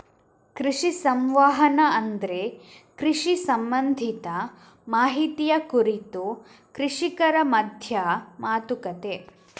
ಕೃಷಿ ಸಂವಹನ ಅಂದ್ರೆ ಕೃಷಿ ಸಂಬಂಧಿತ ಮಾಹಿತಿಯ ಕುರಿತು ಕೃಷಿಕರ ಮಧ್ಯ ಮಾತುಕತೆ